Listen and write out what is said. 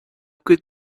could